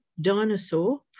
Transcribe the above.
Dinosaur